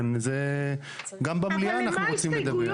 גם במליאה אנחנו רוצים לדבר.